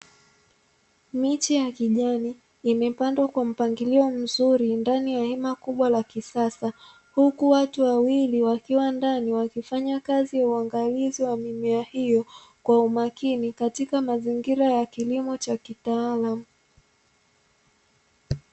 Miche ya kijani imepandwa kwa mpangilio mzuri ndani ya hema kubwa la kisasa, Huku watu wawili wakiwa ndani Wakifanya kazi ya uwangalizi wa mimea hiyo kwa umakini katika mazingira ya kilimo cha kitaalamu.